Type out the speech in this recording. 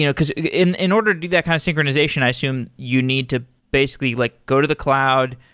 you know because in in order to do that kind of synchronization, i assume you need to basically like go to the cloud,